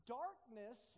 darkness